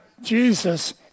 Jesus